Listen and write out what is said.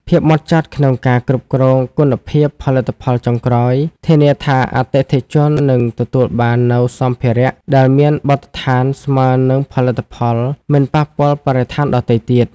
ភាពហ្មត់ចត់ក្នុងការគ្រប់គ្រងគុណភាពផលិតផលចុងក្រោយ ធានាថាអតិថិជននឹងទទួលបាននូវសម្ភារៈដែលមានបទដ្ឋានស្មើនឹងផលិតផលមិនប៉ះពាល់បរិស្ថានដទៃទៀត។